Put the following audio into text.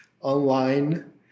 online